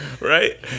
Right